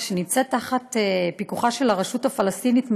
שנמצאת תחת פיקוחה של הרשות הפלסטינית,